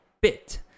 bit